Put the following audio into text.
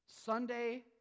Sunday